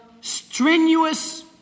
strenuous